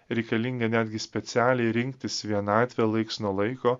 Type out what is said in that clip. reikalinga netgi specialiai rinktis vienatvę laiks nuo laiko